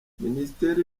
ministeri